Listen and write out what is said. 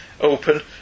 open